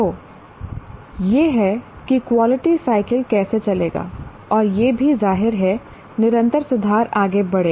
तो यह है कि क्वालिटी साइकिल कैसे चलेगा और यह भी जाहिर है निरंतर सुधार आगे बढ़ेगा